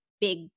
big